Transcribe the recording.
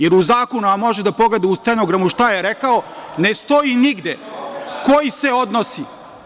Jer u zakonu, a može da pogleda u stenogramu šta je rekao, ne stoji nigde – koji se odnosi.